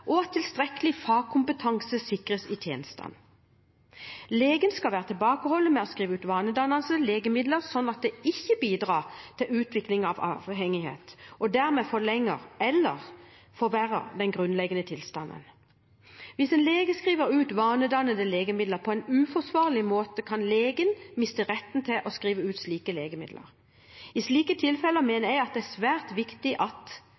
og at tilstrekkelig fagkompetanse sikres i tjenestene. Legen skal være tilbakeholden med å skrive ut vanedannende legemidler, slik at det ikke bidrar til utvikling av avhengighet og dermed forlenger eller forverrer den grunnleggende tilstanden. Hvis en lege skriver ut vanedannende legemidler på en uforsvarlig måte, kan legen miste retten til å skrive ut slike legemidler. I slike tilfeller mener jeg det er svært viktig at